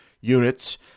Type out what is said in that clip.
units